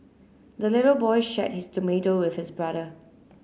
the little boy shared his tomato with his brother